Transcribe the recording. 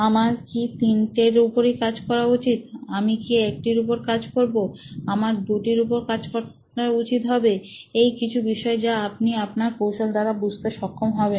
আমার কি তিনটের উপরই কাজ করা উচিত আমি কি একটির উপর কাজ করবো আমার দুটির উপর কাজ করা উচিত হবে এই কিছু বিষয় যা আপনি আপনার কৌশল দ্বারা বুঝতে সক্ষম হবেন